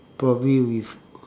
probably with